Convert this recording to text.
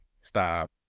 Stop